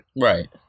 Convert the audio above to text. Right